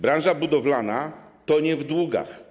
Branża budowlana tonie w długach.